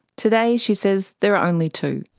today, she says, there are only two.